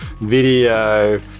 video